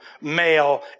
male